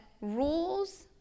rules